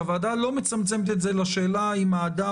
הוועדה לא מצמצמת את זה לשאלה אם האדם